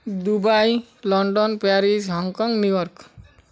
Dubai London Paris Hong Kong New York